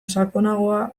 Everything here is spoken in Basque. sakonagoa